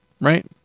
right